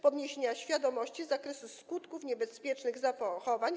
Podniesienie świadomości z zakresu skutków niebezpiecznych zachowań.